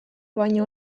baino